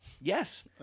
Yes